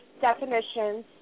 definitions